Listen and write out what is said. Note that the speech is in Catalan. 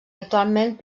actualment